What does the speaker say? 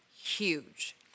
huge